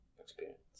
experience